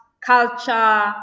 culture